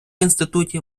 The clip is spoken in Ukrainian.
інституті